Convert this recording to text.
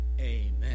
Amen